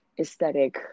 aesthetic